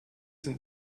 sind